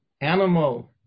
animal